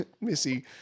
Missy